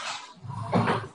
תודה רבה לך.